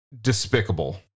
despicable